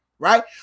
right